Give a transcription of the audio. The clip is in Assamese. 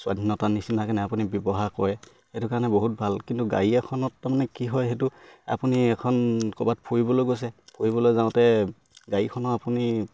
স্বাধীনতাৰ নিচিনাকে আপুনি ব্যৱহাৰ কৰে সেইটো কাৰণে বহুত ভাল কিন্তু গাড়ী এখনত তাৰমানে কি হয় সেইটো আপুনি এখন ক'ৰবাত ফুৰিবলৈ গৈছে ফুৰিবলৈ যাওঁতে গাড়ীখনো আপুনি